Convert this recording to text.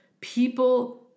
people